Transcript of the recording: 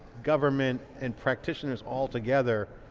government, and practitioners all together,